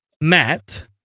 Matt